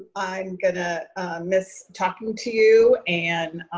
i'm gonna miss talking to you and